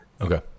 Okay